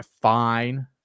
fine